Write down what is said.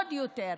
עוד יותר,